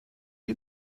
you